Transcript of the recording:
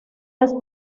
las